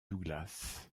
douglas